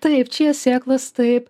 taip čija sėklos taip